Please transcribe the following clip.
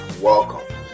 welcome